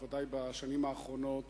בוודאי בשנים האחרונות,